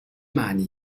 معنی